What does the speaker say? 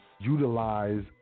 utilize